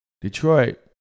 Detroit